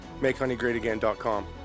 MakeHoneyGreatAgain.com